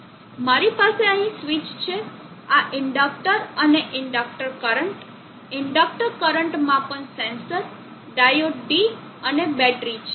મારી પાસે અહીં સ્વિચ છે આ ઇન્ડક્ટર અને ઇન્ડેક્ટર કરંટ ઇન્ડક્ટર કરંટ માપન સેન્સર ડાયોડ D અને બેટરી છે